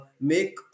make